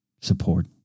Support